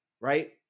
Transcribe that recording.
right